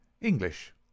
English